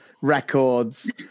records